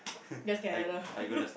that's Canada